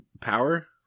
power